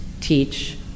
teach